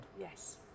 Yes